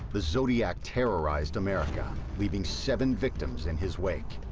the zodiac terrorized america, leaving seven victims in his wake,